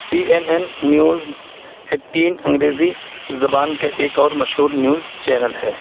سی N N news eighteen انگریزی زبان کا ایک اور مشہور نیوز چینل ہے